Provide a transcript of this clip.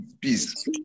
Peace